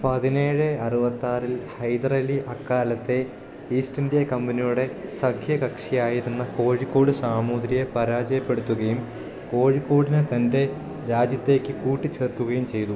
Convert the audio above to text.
പതിനേഴ് അറുപ്പാത്ത്ത്തി ആറിൽ ഹൈദരാലി അക്കാലത്തെ ഈസ്റ്റ് ഇൻഡ്യാ കമ്പനിയുടെ സഖ്യ കക്ഷിയായിരുന്ന കോഴിക്കോട് സാമൂതിരിയെ പരാജയപ്പെടുത്തുകയും കോഴിക്കോടിനെ തന്റെ രാജ്യത്തേക്ക് കൂട്ടി ചേർക്കുകയും ചെയ്തു